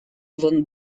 von